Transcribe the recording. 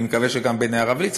אני מקווה שגם בעיני הרב ליצמן,